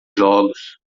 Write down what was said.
jogos